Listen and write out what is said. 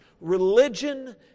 religion